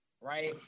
right